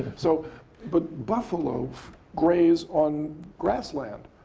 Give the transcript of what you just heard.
so but buffalo graze on grassland.